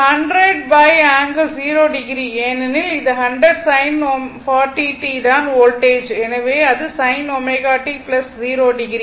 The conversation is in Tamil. இது 100√∠0o ஏனெனில் இது 100 sin 40 t தான் வோல்டேஜ் எனவே அது sin ωt 0o